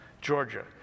Georgia